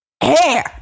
hair